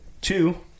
Two